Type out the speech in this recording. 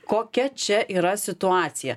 kokia čia yra situacija